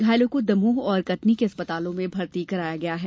घायलों को दमोह और कटनी के अस्पतालों में भर्ती कराया गया है